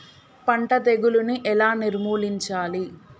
పంట తెగులుని ఎలా నిర్మూలించాలి?